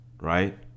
Right